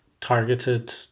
targeted